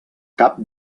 cap